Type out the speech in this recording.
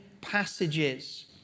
passages